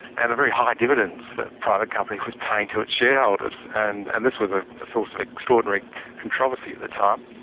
and the very high dividends that private companies was paying to its shareholders. and and this was a source of extraordinary controversy at the time.